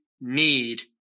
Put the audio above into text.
need